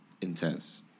intense